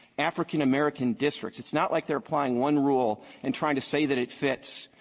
african-american districts. it's not like they're applying one rule and trying to say that it fits,